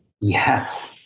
Yes